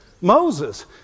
Moses